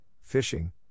fishing